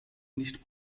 nicht